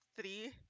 three